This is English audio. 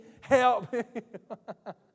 help